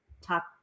talk